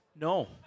No